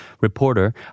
reporter